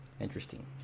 interesting